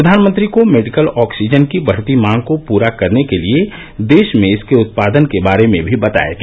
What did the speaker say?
प्रधानमंत्री को medical oxygen की बढ़ती मांग को पूरा करने के लिए देश में इसके उत्पादन के बारे में भी बताया गया